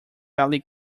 valley